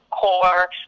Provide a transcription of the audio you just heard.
core